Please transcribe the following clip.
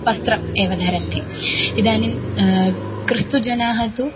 वस्त्रम् एव धरन्ति इदानीं क्रिस्ति जनाः तु